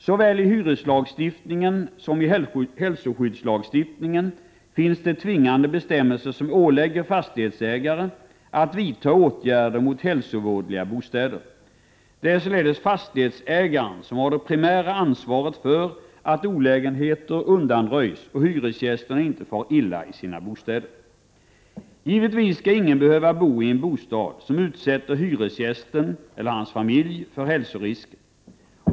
Såväl i hyreslagstiftningen som i hälsoskyddslagstiftningen finns det tvingande bestämmelser som ålägger fastighetsägare att vidta åtgärder mot hälsovådliga bostäder. Det är således fastighetsägaren som har det primära ansvaret för att olägenheter undanröjs och hyresgästerna inte far illa i sina bostäder. Givetvis skall ingen behöva bo i en bostad som utsätter hyresgästen eller hans familj för hälsorisker.